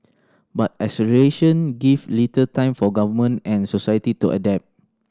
but acceleration give little time for government and society to adapt